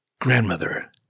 Grandmother